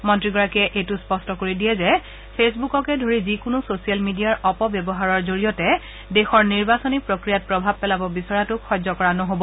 মন্ত্ৰীগৰাকীয়ে এইটো স্পষ্ট কৰি দিয়ে যে ফেচবুককে ধৰি যিকোনো ছচিয়েল মিডিয়াৰ অপব্যৱহাৰৰ জৰিয়তে দেশৰ নিৰ্বাচনী প্ৰক্ৰিয়াত প্ৰভাৱ পেলাব বিচৰাটোক সহ্য কৰা নহ'ব